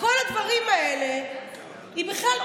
בכל הדברים האלה היא בכלל,